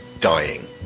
dying